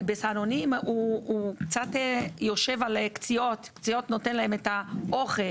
סהרונים יושב על קציעות שנותן להם את האוכל